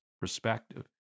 perspective